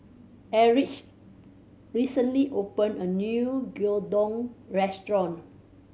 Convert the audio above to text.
Erich recently opened a new Gyudon Restaurant